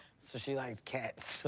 so she likes cats.